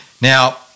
Now